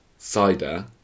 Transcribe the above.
Cider